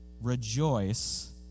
rejoice